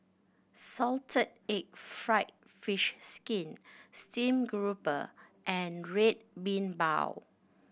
salted egg fried fish skin stream grouper and Red Bean Bao